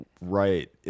Right